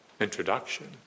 introduction